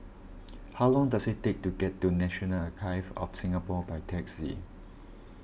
how long does it take to get to National Archives of Singapore by taxi